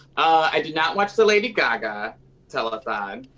i did not watch the lady gaga telethon